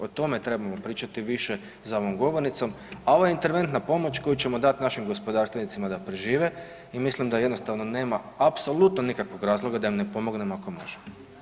O tome trebamo pričati više za ovom govornicom a ovo je interventna pomoć koju ćemo dat našim gospodarstvenicima da prežive i mislim da jednostavno nema apsolutno nikakvog razloga da im ne pomognemo ako možemo.